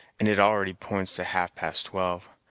and it already p'ints to half-past twelve.